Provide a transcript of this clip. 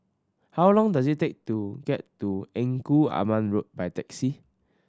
how long does it take to get to Engku Aman Road by taxi